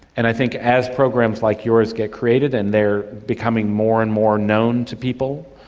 and i think as programs like yours get created, and they are becoming more and more known to people,